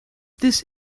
this